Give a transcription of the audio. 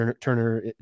turner